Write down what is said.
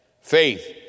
Faith